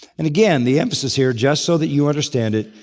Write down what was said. and again, the emphasis here, just so that you understand it,